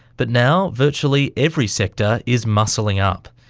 but now virtually every sector is muscling up.